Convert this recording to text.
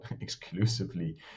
exclusively